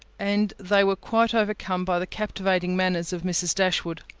and they were quite overcome by the captivating manners of mrs. dashwood.